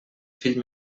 fill